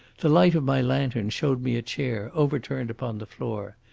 the light of my lantern showed me a chair overturned upon the floor,